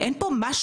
אין פה משהו,